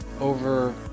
over